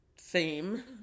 theme